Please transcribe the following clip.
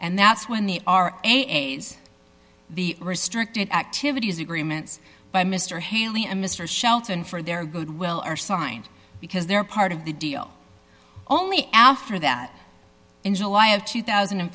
and that's when the are the restricted activities agreements by mr haley and mr shelton for their good will are signed because they are part of the deal only after that in july of two thousand and